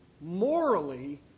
morally